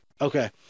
Okay